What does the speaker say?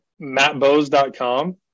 MattBose.com